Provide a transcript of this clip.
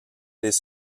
les